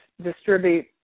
distribute